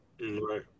Right